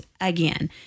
again